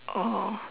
oh